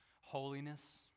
holiness